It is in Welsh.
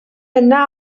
yna